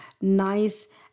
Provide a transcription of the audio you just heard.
nice